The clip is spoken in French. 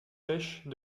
sèches